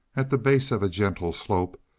at the base of a gentle slope,